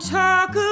talk